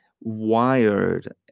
wired